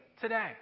today